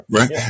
Right